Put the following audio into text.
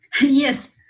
Yes